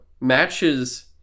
matches